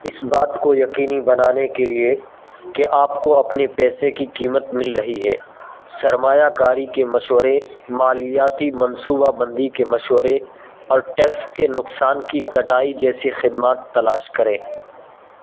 اس بات کو یقینی بنانے کے لیے کہ آپ کو اپنے پیسے کی قیمت مل رہی ہے سرمایہ کاری کے مشورے مالیاتی منصوبہ بندی کے مشورے اور ٹیکس کے نقصان کی کٹائی جیسی خدمات تلاش کریں